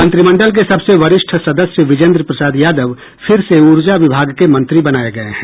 मंत्रिमंडल के सबसे वरिष्ठ सदस्य विजेन्द्र प्रसाद यादव फिर से ऊर्जा विभाग के मंत्री बनाये गये हैं